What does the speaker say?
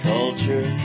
Culture